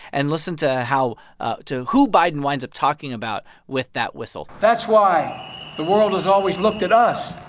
and listen to how ah to who biden winds up talking about with that whistle that's why the world has always looked at us.